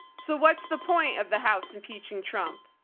so what's the point of the house impeaching trump.